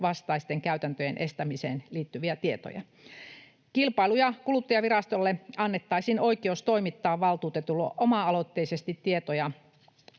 vastaisten käytäntöjen estämiseen liittyen. Kilpailu- ja kuluttajavirastolle annettaisiin oikeus toimittaa valtuutetulle oma-aloitteisesti tietoja